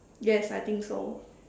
yes I think so